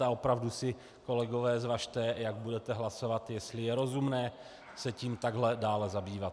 A opravdu si kolegové zvažte, jak budete hlasovat, jestli je rozumné se tím takhle dále zabývat.